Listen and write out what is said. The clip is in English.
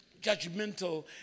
judgmental